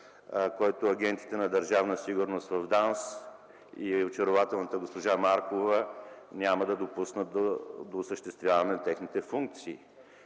които агентите на Държавна сигурност в ДАНС и очарователната госпожа Маркова няма да допуснат до осъществяване на техните функции.